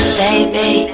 baby